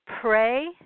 Pray